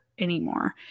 anymore